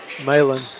Malin